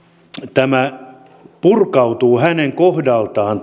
tämä sopimus purkautuu hänen kohdaltaan